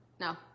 No